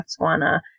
Botswana